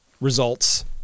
results